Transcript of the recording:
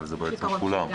אבל זה בעצם כולם,